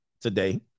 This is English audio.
today